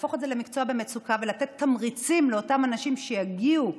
להפוך את זה למקצוע במצוקה ולתת תמריצים לאותם אנשים שיגיעו